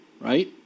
right